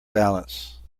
balance